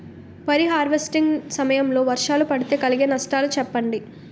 వరి హార్వెస్టింగ్ సమయం లో వర్షాలు పడితే కలిగే నష్టాలు చెప్పండి?